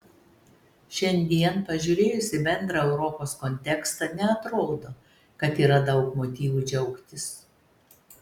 šiandien pažiūrėjus į bendrą europos kontekstą neatrodo kad yra daug motyvų džiaugtis